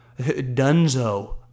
Dunzo